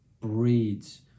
breeds